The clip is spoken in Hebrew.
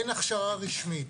אין הכשרה רשמית.